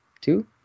Two